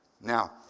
Now